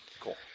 cool